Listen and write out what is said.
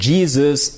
Jesus